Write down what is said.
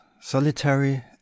solitary